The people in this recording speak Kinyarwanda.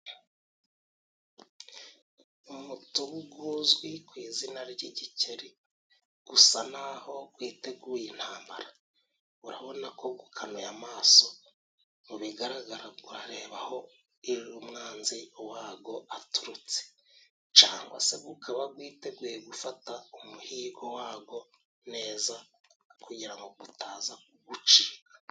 Umutubu guzwi ku izina ry'igikeri gusa naho gwiteguye intambara .Urabona ko gukanuye amaso, mu bigaragara gurareba aho iyo umwanzi wago aturutse, cangwa se gukaba gwiteguye gufata umuhigo wagwo neza kugira ngo gutaza gucika.